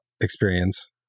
experience